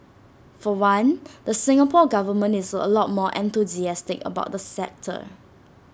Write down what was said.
for one the Singapore Government is A lot more enthusiastic about the sector